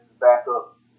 backup